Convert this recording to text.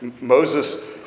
Moses